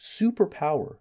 superpower